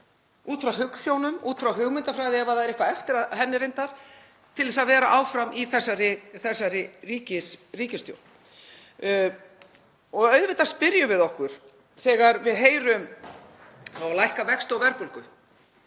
út frá hugsjónum, út frá hugmyndafræði, ef það er eitthvað eftir af henni reyndar, til þess að vera áfram í þessari ríkisstjórn. Auðvitað spyrjum við okkur þegar við heyrum að það eigi að lækka vexti og verðbólgu.